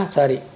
Sorry